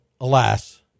alas